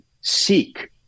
seek